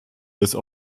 das